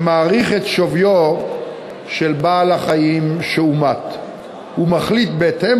שמעריך את שוויו של בעל-החיים שהומת ומחליט בהתאם